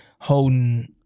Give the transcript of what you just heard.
holding